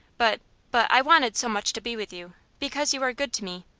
but but i wanted so much to be with you because you are good to me!